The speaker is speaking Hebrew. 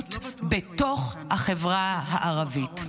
האלימות בתוך החברה הערבית.